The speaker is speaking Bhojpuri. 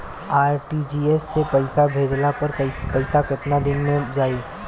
आर.टी.जी.एस से पईसा भेजला पर पईसा केतना देर म जाई?